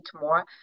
more